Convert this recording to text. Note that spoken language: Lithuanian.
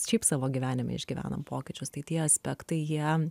šiaip savo gyvenime išgyvenam pokyčius tai tie aspektai jie